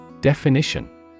Definition